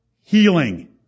healing